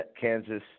Kansas –